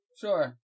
Sure